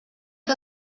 que